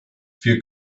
wir